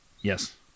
Yes